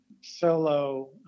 solo